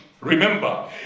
remember